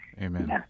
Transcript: Amen